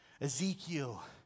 Ezekiel